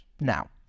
Now